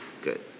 good